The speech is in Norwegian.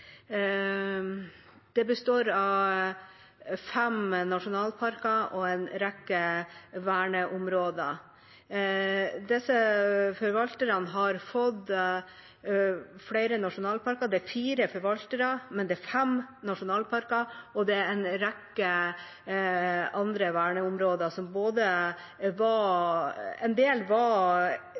Det består av fem nasjonalparker og en rekke verneområder. Disse forvalterne har fått ansvar for flere nasjonalparker. Det er fire forvaltere, men det er fem nasjonalparker, og det er en rekke andre verneområder. En del var